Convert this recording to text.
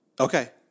Okay